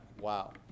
wow